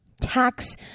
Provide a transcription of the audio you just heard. tax